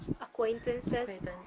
acquaintances